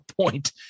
point